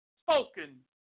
spoken